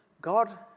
God